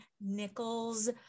Nichols